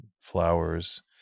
flowers